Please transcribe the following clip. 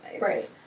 Right